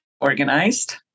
organized